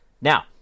Now